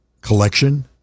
collection